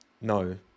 No